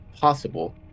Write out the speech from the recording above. possible